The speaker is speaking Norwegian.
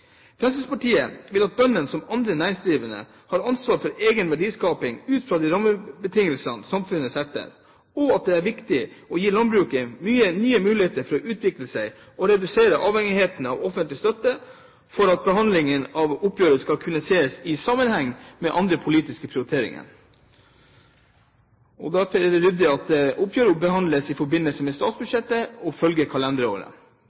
Fremskrittspartiet vil at bøndene, som andre næringsdrivende, har ansvar for egen verdiskaping ut fra de rammebetingelser samfunnet setter, og mener det er viktig å gi landbruket nye muligheter til å utvikle seg og redusere avhengigheten av offentlig støtte. For at behandlingen av oppgjøret skal kunne ses i sammenheng med andre politiske prioriteringer, er det ryddig at oppgjøret behandles i forbindelse med statsbudsjettet og følger kalenderåret.